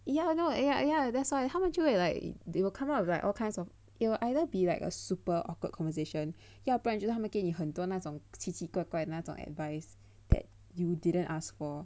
ya I know ya ya that's why 他们就会 like they will come up with like all kinds of it will either be like a super awkward conversation 要不然就是他们给你很多那种奇奇怪怪的那种 advice that you didn't ask for